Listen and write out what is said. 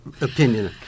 opinion